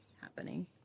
happening